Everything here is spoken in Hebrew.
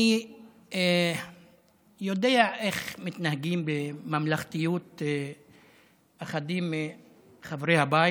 אני יודע איך מתנהגים בממלכתיות אחדים מחברי הבית,